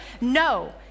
no